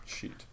sheet